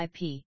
IP